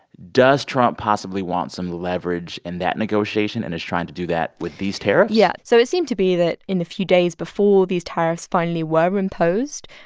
does trump possibly want some leverage in that negotiation and is trying to do that with these tariffs? yeah. so it seemed to be that in the few days before these tariffs finally were were imposed,